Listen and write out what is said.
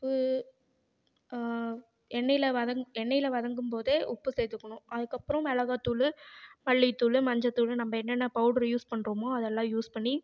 உப்பு எண்ணெயில் வதங்கி எண்ணெயில் வதங்கும் போது உப்பு சேர்த்துக்குணும் அதுக்கப்புறோம் மிளகாத்தூளு மல்லிதூளு மஞ்சதூளு நம்ம என்னென்ன பவுட்ரு யூஸ் பண்ணுறோமோ அதெல்லாம் யூஸ் பண்ணி